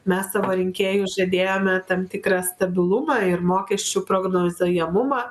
mes savo rinkėjui žadėjome tam tikrą stabilumą ir mokesčių prognozuojamumą